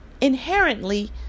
inherently